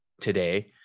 today